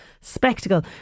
spectacle